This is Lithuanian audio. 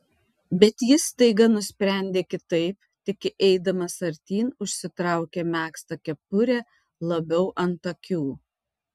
bet jis staiga nusprendė kitaip tik eidamas artyn užsitraukė megztą kepurę labiau ant akių